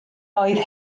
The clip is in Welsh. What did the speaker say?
oedd